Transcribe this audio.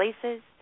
places